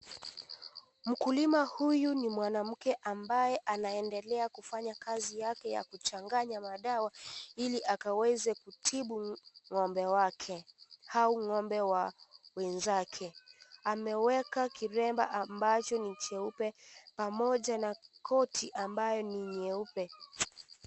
Mkullima huyu ni mwanamke ambaye anaendelea kufanya kazi yake ya kuchanganya madawa ili akaweze kutibu ng'ombe wake au ng'ombe wa wenzake ameweka kilema ambacho ni jeupe pamoja na koti ambayo ni nyeupe.